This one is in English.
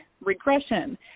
regression